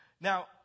Now